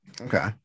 Okay